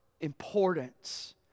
importance